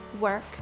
work